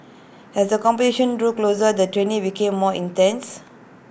as the competition drew closer the training became more intense